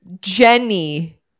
Jenny